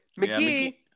McGee